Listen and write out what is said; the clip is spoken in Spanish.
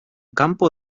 campo